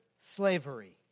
slavery